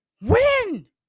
win